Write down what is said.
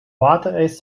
waterijs